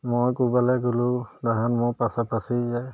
মই ক'ৰবালৈ গ'লেও তাহাঁত মোৰ পাছেপাছে যায়